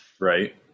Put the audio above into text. Right